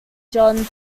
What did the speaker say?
john